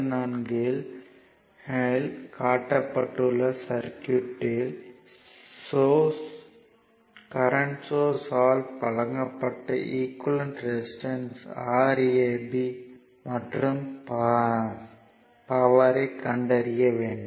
44 இல் காட்டப்பட்டுள்ள சர்க்யூட்யில் சோர்ஸ் ஆல் வழங்கப்பட்ட ஈக்குவேலன்ட் ரெசிஸ்டன்ஸ் Rab மற்றும் பவர்யைக் கண்டறிய வேண்டும்